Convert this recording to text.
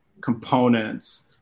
components